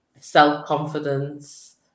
self-confidence